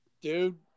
Dude